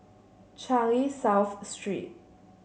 Changi South Street